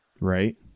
right